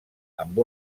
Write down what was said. amb